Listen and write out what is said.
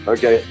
Okay